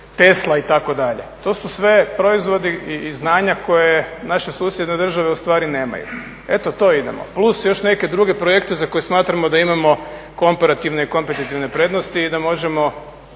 Tesla, itd. To su sve proizvodi i znanja koje naše susjedne države ustvari nemaju. Eto, to idemo. Plus još neke druge projekte za koje smatramo da imamo komparativne i kompetitivne prednosti i da možemo